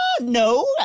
no